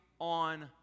on